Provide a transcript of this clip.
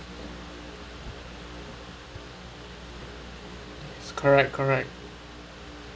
correct correct